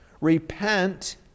repent